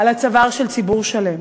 על הצוואר של ציבור שלם.